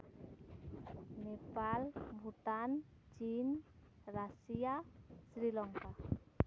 Nepal Bhutan China Russia Sri Lanka